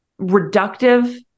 reductive